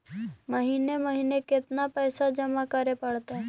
महिने महिने केतना पैसा जमा करे पड़तै?